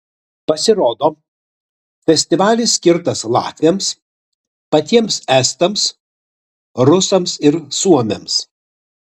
pasirodo festivalis skirtas latviams patiems estams rusams ir suomiams